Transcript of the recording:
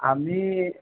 আমি